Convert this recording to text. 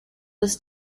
was